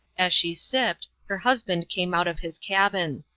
as she sipped, her husband came out of his cabin.